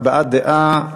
הבעת דעה.